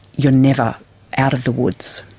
you are never out of the woods.